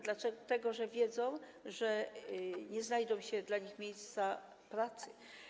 Dlatego że wiedzą, że nie znajdą się dla nich miejsca pracy.